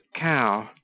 cow